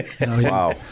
Wow